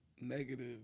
negative